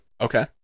Okay